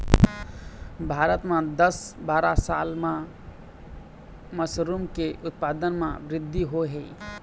भारत म दस बारा साल म मसरूम के उत्पादन म बृद्धि होय हे